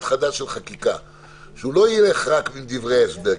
חדש של חקיקה שהוא לא יהיה רק עם דברי הסבר,